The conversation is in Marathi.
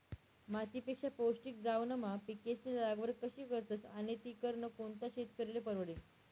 मातीपेक्षा पौष्टिक द्रावणमा पिकेस्नी लागवड कशी करतस आणि ती करनं कोणता शेतकरीले परवडी?